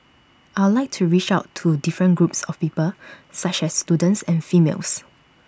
I'll like to reach out to different groups of people such as students and females